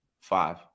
five